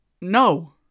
No